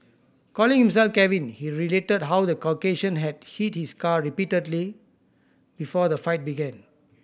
calling himself Kevin he related how the Caucasian had hit his car repeatedly before the fight began